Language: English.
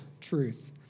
truth